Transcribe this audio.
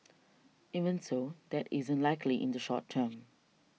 even so that isn't likely in the short term